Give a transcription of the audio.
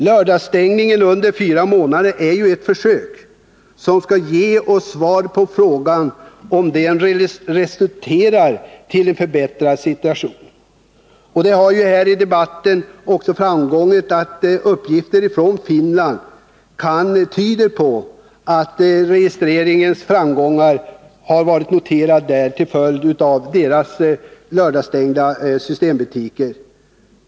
Lördagsstängningen under fyra månader är ett försök, som skall ge oss svar på frågan om den resulterar i en förbättrad situation. Det har här i debatten framkommit att uppgifter från Finland tyder på att man där kunnat registrera framgångar med lördagsstängda systembutiker.